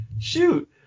Shoot